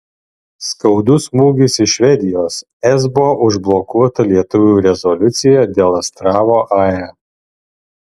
skaudus smūgis iš švedijos esbo užblokuota lietuvių rezoliucija dėl astravo ae